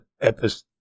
episode